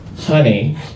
honey